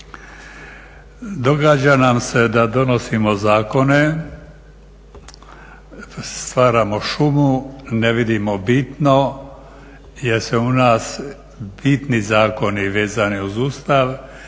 Događa nam se da donosimo zakone, stvaramo šumu, ne vidimo bitno jer se u nas bitni zakoni uz Ustav